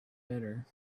better